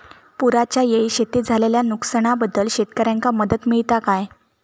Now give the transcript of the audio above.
पुराच्यायेळी शेतीत झालेल्या नुकसनाबद्दल शेतकऱ्यांका मदत मिळता काय?